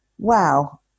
Wow